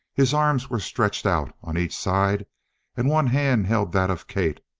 his arms were stretched out on each side and one hand held that of kate,